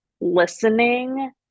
listening